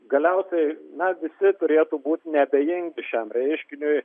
galiausiai na visi turėtų būt neabejingi šiam reiškiniui